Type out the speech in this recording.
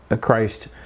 Christ